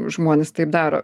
žmonės taip daro